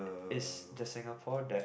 is the Singapore that